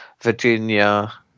Virginia